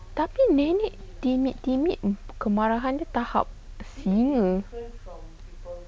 tapi nenek timid timid kemarahan dia tahap singa